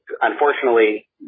unfortunately